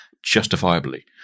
justifiably